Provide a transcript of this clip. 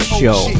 show